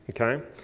okay